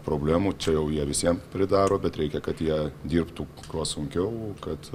problemų čia jau jie visiem pridaro bet reikia kad jie dirbtų kuo sunkiau kad